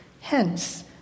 Hence